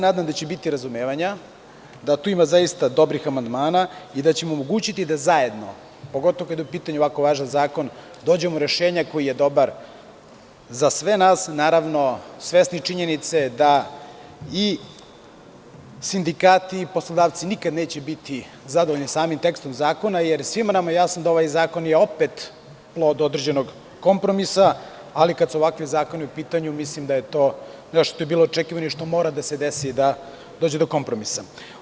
Nadam se da će biti razumevanja, da tu ima zaista dobrih amandmana i da ćemo omogućiti da zajedno, pogotovo kada je u pitanju ovako važan zakon, dođemo do rešenja koje je dobro za sve nas, naravno, svesni činjenice da i sindikati i poslodavci nikada neće biti zadovoljni samim tekstom zakona, jer svima nama je jasno da ovaj zakon je opet doveo do određenog kompromisa, ali kada su ovakvi zakoni u pitanju mislim da je to bilo očekivano i što mora da se desi, da dođe do kompromisa.